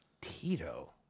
Tito